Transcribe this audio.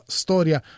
storia